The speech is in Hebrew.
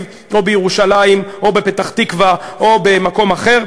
או בירושלים או בפתח-תקווה או במקום אחר,